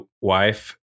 wife